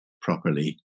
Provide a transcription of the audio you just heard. properly